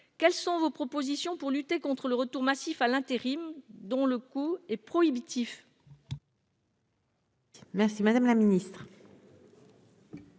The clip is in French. quelles sont vos propositions pour lutter contre le retour massif à l'intérim, dont le coût est prohibitif.